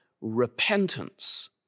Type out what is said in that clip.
repentance